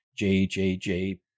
JJJ